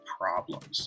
problems